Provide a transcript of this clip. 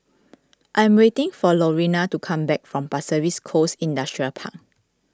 I am waiting for Lorena to come back from Pasir Ris Coast Industrial Park